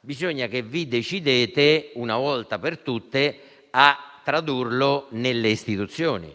bisogna che vi decidiate una volta per tutte a tradurlo nelle istituzioni.